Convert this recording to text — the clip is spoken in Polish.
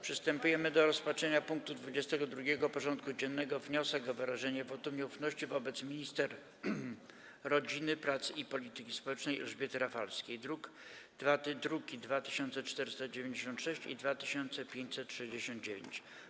Przystępujemy do rozpatrzenia punktu 22. porządku dziennego: Wniosek o wyrażenie wotum nieufności wobec minister rodziny, pracy i polityki społecznej Elżbiety Rafalskiej (druki nr 2496 i 2569)